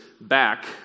back